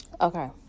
okay